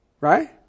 right